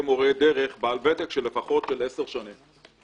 מורה דרך בעל ותק של לפחות עשר שנים.